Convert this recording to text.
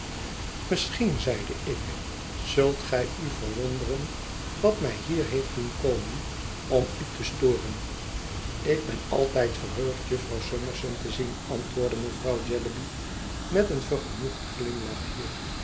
misschien zeide ik zult gij u verwonderen wat mij hier heeft doen komen om u te storen ik ben altijd verheugd jufvrouw summerson te zien antwoordde mevrouw jellyby met een vergenoegd glimlachje